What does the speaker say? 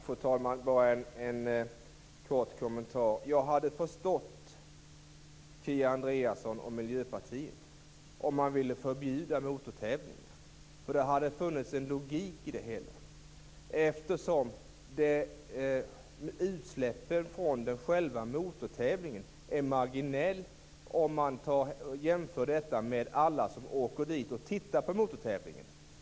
Fru talman! Bara en kort kommentar. Jag hade förstått om Kia Andreasson och Miljöpartiet hade velat förbjuda motortävlingar, för då hade det funnits en logik i det hela. Utsläppen från själva motortävlingen är marginell i förhållande till alla som åker för att se på motortävlingen.